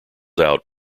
out